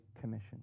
Commission